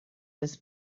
his